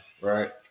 right